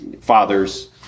fathers